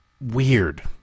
weird